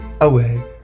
away